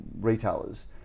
retailers